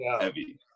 heavy